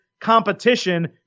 competition